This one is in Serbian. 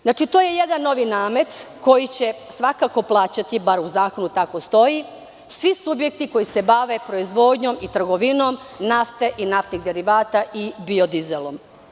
Znači, to je jedan novi namet koji će svakako plaćati, bar u zakonu tako stoji, svi subjekti koji se bave proizvodnjom i trgovinom nafte i naftnih derivata i biodizelom.